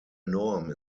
norm